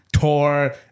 tour